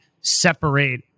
separate